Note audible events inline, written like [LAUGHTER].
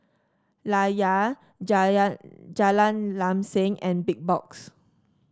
Layar [UNINTELLIGIBLE] Jalan Lam Sam and Big Box